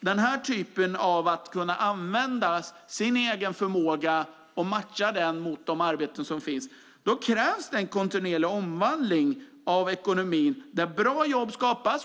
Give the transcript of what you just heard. man ska kunna använda sin egen förmåga och matcha den mot de arbeten som finns krävs en kontinuerlig omvandling av ekonomin där bra jobb skapas.